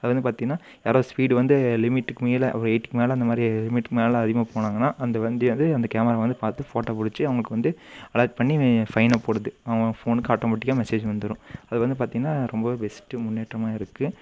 அது வந்து பார்த்தீங்கன்னா யாரோ ஸ்பீடு வந்து லிமிட்டுக்கு மேலே ஒரு எயிட்டிக்கு மேலே அந்த மாதிரி லிமிட்டுக்கு மேலே அதிகமாக போனாங்கன்னா அந்த வண்டியை வந்து அந்த கேமரா வந்து பார்த்து ஃபோட்டோ பிடிச்சு அவங்களுக்கு வந்து அலாட் பண்ணி ஃபைனை போடுது அவுங்கவங்க ஃபோனுக்கு ஆட்டோமேட்டிக்கா மெசேஜ் வந்துடும் அது வந்து பார்த்தீங்கன்னா ரொம்ப பெஸ்ட்டு முன்னேற்றமாக இருக்குது